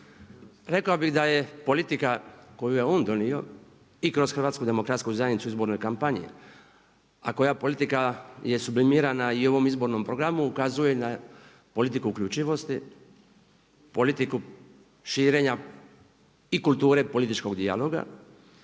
Rekao bih da je politika koju je on donio i kroz HDZ u izbornoj kampanji a koja politika je sublimirana i u ovom izbornom programu ukazuje na politiku uključivosti, politiku širenja i kulture političkog dijaloga,